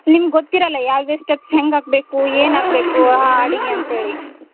ನಿಮ್ಗೆ ಗೊತ್ತಿರೋಲ್ಲ ಯಾವ್ಯಾವ ಸ್ಟೆಪ್ಸ್ ಹೆಂಗೆ ಹಾಕಬೇಕು ಏನು ಆಗಬೇಕು ಆ ಹಾಡಿಗೆ ಅಂತೇಳಿ